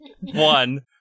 One